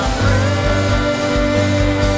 free